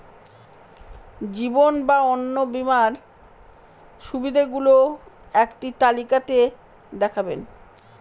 জীবন বা অন্ন বীমার সুবিধে গুলো একটি তালিকা তে দেখাবেন?